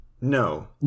No